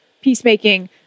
peacemaking